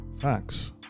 facts